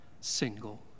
single